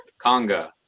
Conga